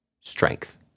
strength